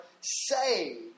saved